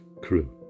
crew